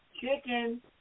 Chicken